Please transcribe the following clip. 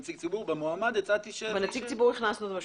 במועמד הצעתי ש --- בנציג ציבור הכנסנו משמעותית.